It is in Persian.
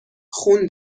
خون